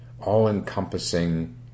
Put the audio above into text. all-encompassing